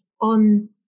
on